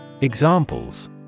Examples